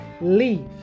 leave